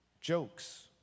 jokes